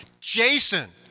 Jason